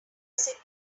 sit